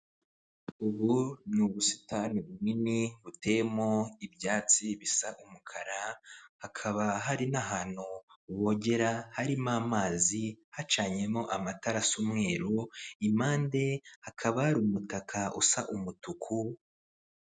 Ubu ni ubusitani bunini, buteyemo ibyatsi bisa umukara, hakaba hari n'ahantu bogera, harimo amazi, hacanyemo amatara asa umweru, impande hakaba hari umutaka usa umutuku.